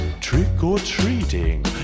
trick-or-treating